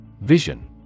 Vision